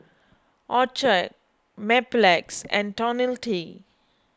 Accucheck Mepilex and Tonil T